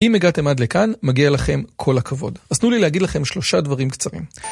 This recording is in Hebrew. אם הגעתם עד לכאן, מגיע לכם כל הכבוד. אז תנו לי להגיד לכם שלושה דברים קצרים.